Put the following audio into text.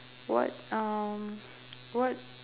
what uh what